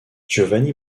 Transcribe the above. giovanni